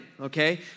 okay